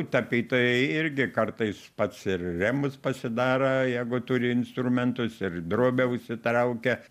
tapytojai irgi kartais pats ir rėmus pasidaro jeigu turi instrumentus ir drobę užsitraukia